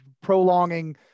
prolonging